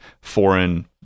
foreign